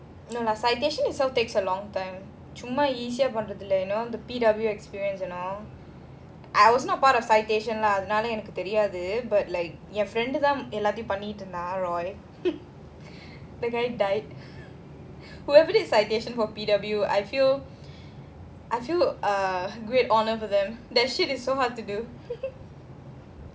no lah citation itself takes a long time சும்மா:summa easy ah பண்றதில்ல:panrathilla you know the P_W experience and all I was not part of citation lah அதுனாலஎனக்குதெரியாது:adhunala enaku theriyathu but friend தான்எல்லாத்தையும்பண்ணிட்டுருந்தான்:than ellathayum panniturunthan the guy died whoever did citation for P_W I feel I feel err great honour for them that shit is so hard to do